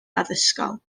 addysgol